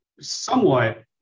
somewhat